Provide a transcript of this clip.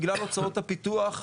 בגלל הוצאות הפיתוח הגבוהות.